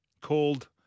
called